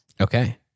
Okay